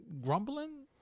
grumbling